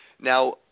Now